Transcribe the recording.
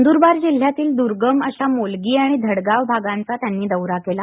नंद्रबार जिल्ह्यातील द्र्गम अशा मोलगी आणि धडगाव आगांचा त्यांनी दौरा केला